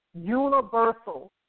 universal